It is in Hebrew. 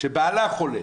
שבעלה חולה